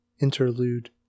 INTERLUDE